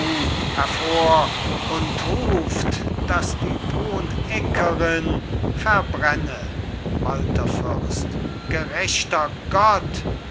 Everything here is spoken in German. hervor und ruft dass die bruneckerin verbrenne walther fürst gerechter gott